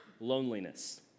loneliness